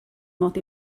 mod